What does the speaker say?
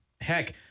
Heck